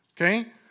Okay